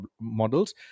models